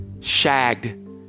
Shagged